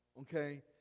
Okay